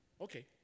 Okay